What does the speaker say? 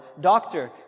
doctor